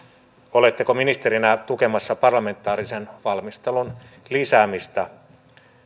oletteko ministerinä tukemassa parlamentaarisen valmistelun lisäämistä